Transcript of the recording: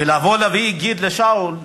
לבוא ולהגיד, לשאול: